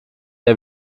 der